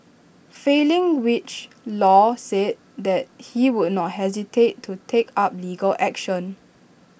failing which law said that he would not hesitate to take up legal action